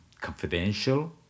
confidential